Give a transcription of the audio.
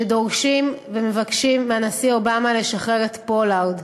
שדורשים ומבקשים מהנשיא אובמה לשחרר את פולארד.